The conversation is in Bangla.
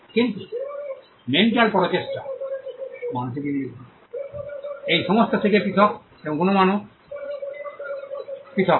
কিন্তু মেন্টাল প্রচেষ্টা এই সমস্ত থেকে পৃথক এবং গুণমানও পৃথক